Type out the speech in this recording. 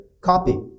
copy